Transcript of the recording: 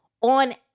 on